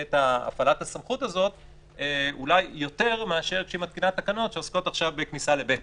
ההכרזה היא חשובה, אבל ההכרזה היא מתג, כן או לא.